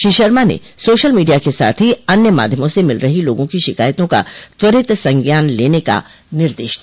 श्री शर्मा ने social media के साथ ही अन्य माध्यमों से मिल रही लोगा की शिकायतों का त्वरित संज्ञान लेने का निर्देश दिया